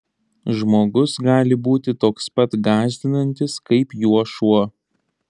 žmogus gali būti toks pats gąsdinantis kaip juo šuo